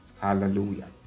Hallelujah